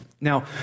now